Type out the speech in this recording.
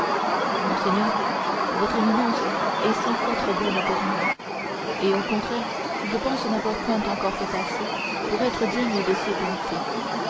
monseigneur votre éminence est cent fois trop bonne pour moi et au contraire je pense n'avoir point encore fait assez pour être digne de ses bontés